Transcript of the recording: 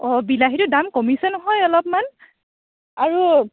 অ বিলাহীটো দাম কমিছে নহয় অলপমান আৰু